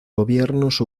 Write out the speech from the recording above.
gobiernos